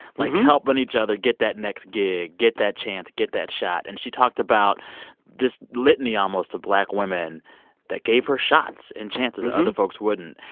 like, helping each other get that next gig, get that chance, get that shot. and she talked about this litany, almost, of black women that gave her shots and chances that other folks wouldn't.